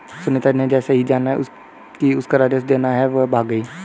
सुनीता ने जैसे ही जाना कि उसे राजस्व देना है वो भाग गई